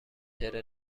چهره